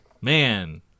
man